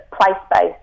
place-based